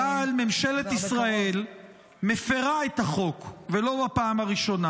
אבל ממשלת ישראל מפירה את החוק ולא בפעם הראשונה.